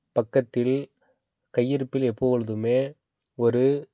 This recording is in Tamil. பக்கத்தில் கையிருப்பில் எப்போழுதுமே ஒரு